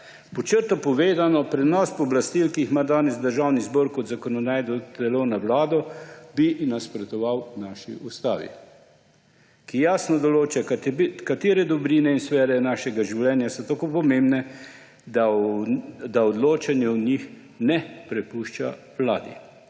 Pod črto povedano, prenos pooblastil, ki jih ima danes državni zbor kot zakonodajno telo na vlado, bi nasprotoval naši ustavi, ki jasno določa, katere dobrine in sfere našega življenja so tako pomembne, da odločanje o njih ne prepušča vladi.